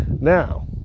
Now